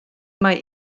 mai